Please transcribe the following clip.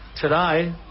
today